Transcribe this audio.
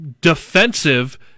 defensive